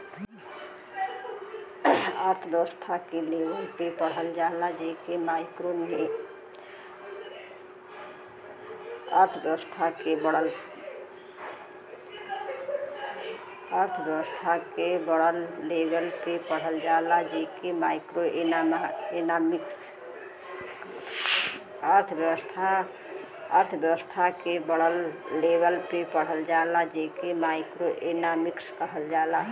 अर्थव्यस्था के बड़ लेवल पे पढ़ल जाला जे के माइक्रो एक्नामिक्स कहल जाला